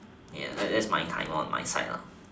yeah that that's time on my side lah